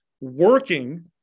working